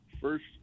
first